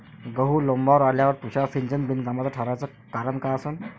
गहू लोम्बावर आल्यावर तुषार सिंचन बिनकामाचं ठराचं कारन का असन?